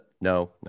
No